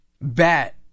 bat